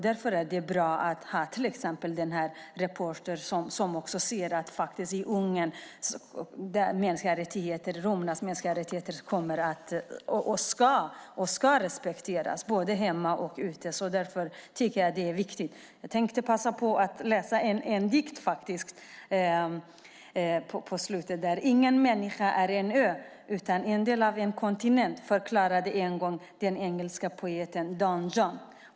Därför är det också bra att ha till exempel den reporter som också ser vad som händer i Ungern med romernas mänskliga rättigheter. De ska respekteras både hemma och ute. Därför tycker jag att detta är viktigt. Jag tänkte passa på att läsa en rad ur en dikt: Ingen människa är en ö utan en del av en kontinent. Det förklarade en gång den engelska poeten John Donne.